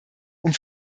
und